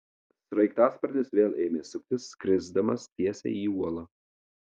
sraigtasparnis vėl ėmė suktis skrisdamas tiesiai į uolą